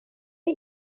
ell